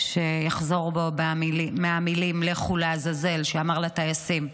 שיחזור בו מהמילים "לכו לעזאזל" שאמר לטייסים.